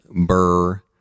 Burr